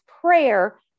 prayer